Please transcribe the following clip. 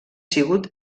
sigut